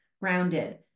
Grounded